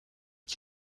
qui